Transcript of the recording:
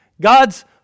God's